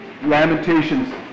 Lamentations